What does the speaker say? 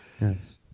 Yes